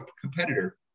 competitor